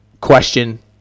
question